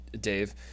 Dave